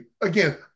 Again